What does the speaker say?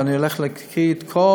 ואני הולך להקריא את כולם,